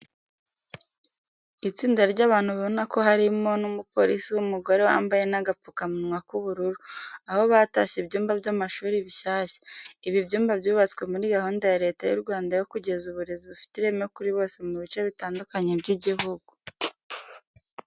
Itsinda ry'abantu ubona ko harimo n'umuporisi w'umugore wambaye n'agapfukamunwa k'ubururu, aho batashye ibyumba by'amashuri bishyashya. Ibi byumba byubatswe muri gahunda ya Leta y'u Rwanda yo kugeza uburezi bufite ireme kuri bose mu bice bitandukanye by'igihugu.